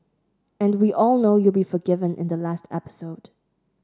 and we all know you'll be forgiven in the last episode